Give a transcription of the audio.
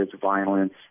violence